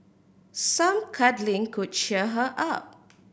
some cuddling could cheer her up